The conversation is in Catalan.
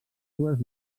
dues